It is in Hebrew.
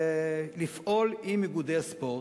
לפעול עם איגודי הספורט,